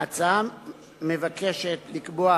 ההצעה מבקשת לקבוע